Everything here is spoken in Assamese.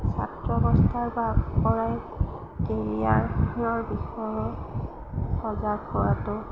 ছাত্ৰ অৱস্থাৰ বা পৰাই কেৰিয়াৰৰ বিষয়ে সজাগ হোৱাতো